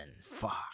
Fuck